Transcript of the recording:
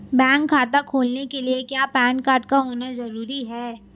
Bank खाता खोलने के लिए क्या पैन कार्ड का होना ज़रूरी है?